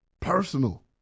personal